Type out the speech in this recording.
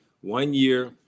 one-year